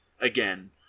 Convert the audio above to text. again